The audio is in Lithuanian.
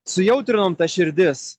sujautrinom tas širdis